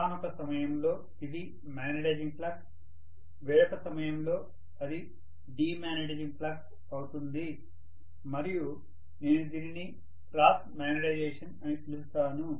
ఒకానొక సమయంలో ఇది మ్యాగ్నెటైజింగ్ ఫ్లక్స్ వేరొక సమయంలో అది డీమాగ్నిటైజింగ్ ఫ్లక్స్ అవుతుంది మరియు నేను దీనిని క్రాస్ మాగ్నెటైజేషన్ అని పిలుస్తాను